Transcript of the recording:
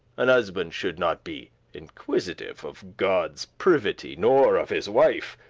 an husband should not be inquisitive of godde's privity, nor of his wife.